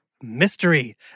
Mystery